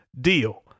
deal